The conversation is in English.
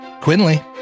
Quinley